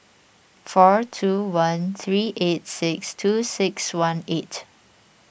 four two one three eight six two six one eight